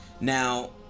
now